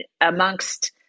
amongst